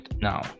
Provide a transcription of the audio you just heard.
now